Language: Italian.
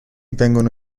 vengono